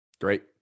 Great